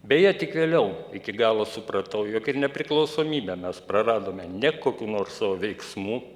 beje tik vėliau iki galo supratau jog ir nepriklausomybę mes praradome ne kokių nors savo veiksmų